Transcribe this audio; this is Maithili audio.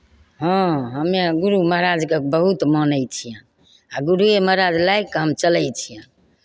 हँ हमे गुरू महाराजकेँ बहुत मानै छियनि आ गुरूए महाराज लागि कऽ हम चलै छियनि